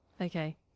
Okay